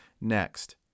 next